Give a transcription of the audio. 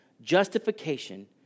Justification